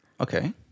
Okay